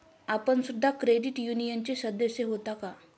आपण सुद्धा क्रेडिट युनियनचे सदस्य होता का?